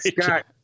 Scott